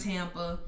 Tampa